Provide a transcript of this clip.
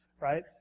right